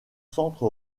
centre